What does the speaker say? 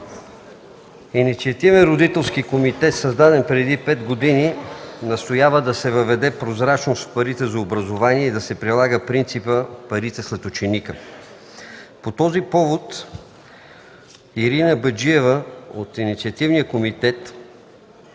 Инициативният родителски комитет, създаден преди пет години, настоява да се въведе прозрачност в парите за образование и да се прилага принципът „парите след ученика”. По този повод Ирина Абаджиева от Инициативния комитет